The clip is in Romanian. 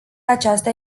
aceasta